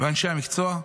ואנשי המקצוע,